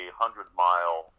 hundred-mile